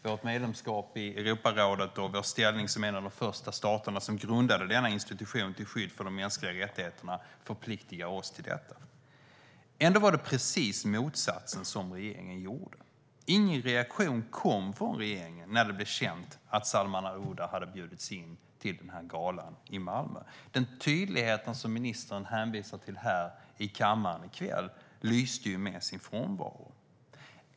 Vårt medlemskap i Europarådet och vår ställning som en av de första staterna som grundade denna institution till skydd för de mänskliga rättigheterna förpliktar oss till detta. Ändå var det precis motsatsen som regeringen gjorde. Ingen reaktion kom från regeringen när det blev känt att Salman al-Ouda hade bjudits in till galan i Malmö. Den tydlighet som ministern hänvisar till här i kammaren i kväll lyste med sin frånvaro.